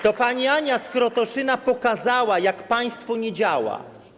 To pani Ania z Krotoszyna pokazała, jak państwo nie działa.